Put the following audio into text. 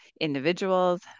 individuals